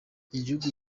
igihugu